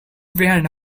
behind